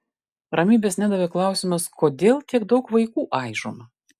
ramybės nedavė klausimas kodėl tiek daug vaikų aižoma